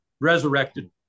resurrected